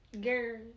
girl